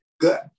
good